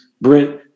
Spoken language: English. Brent